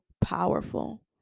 powerful